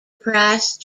price